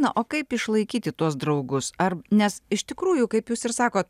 na o kaip išlaikyti tuos draugus ar nes iš tikrųjų kaip jūs ir sakot